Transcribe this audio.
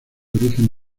origen